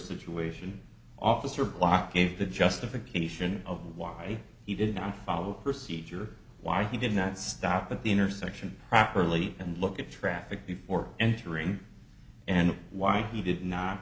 situation officer block if the justification of why he did not follow procedure why he did not stop at the intersection properly and look at traffic before entering and why he did not